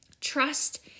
Trust